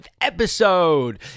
episode